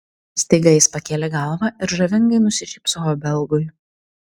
staiga jis pakėlė galvą ir žavingai nusišypsojo belgui